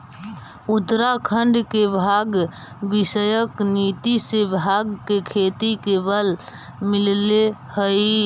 उत्तराखण्ड के भाँग विषयक नीति से भाँग के खेती के बल मिलले हइ